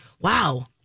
Wow